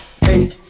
Hey